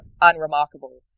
unremarkable